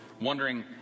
Wondering